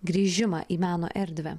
grįžimą į meno erdvę